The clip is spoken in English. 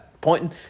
pointing